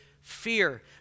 fear